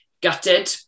gutted